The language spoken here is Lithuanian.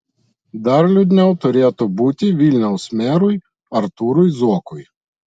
dar liūdniau turėtų būti vilniaus merui artūrui zuokui